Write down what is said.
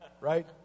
right